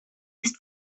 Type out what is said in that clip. ist